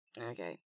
Okay